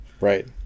right